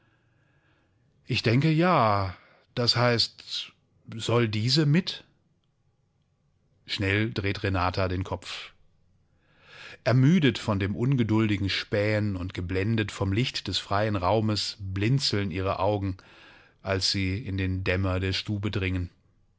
ich denke ja das heißt soll diese mit schnell dreht renata den kopf ermüdet von dem ungeduldigen spähen und geblendet vom licht des freien raumes blinzeln ihre augen als sie in den dämmer der stube dringen